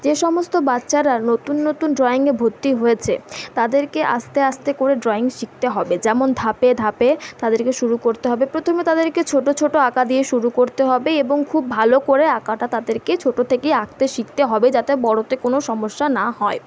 যে সমস্ত বাচ্চারা নতুন নতুন ড্রয়িংয়ে ভর্তি হয়েছে তাদেরকে আস্তে আস্তে করে ড্রয়িং শিখতে হবে যেমন ধাপে ধাপে তাদেরকে শুরু করতে হবে প্রথমে তাদেরকে ছোটো ছোটো আঁকা দিয়ে শুরু করতে হবে এবং খুব ভালো করে আঁকাটা তাদেরকে ছোটো থেকেই আঁকতে শিখতে হবে যাতে বড়োতে কোনো সমস্যা না হয়